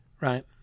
Right